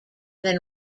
than